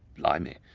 blimey.